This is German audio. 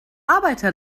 arbeiter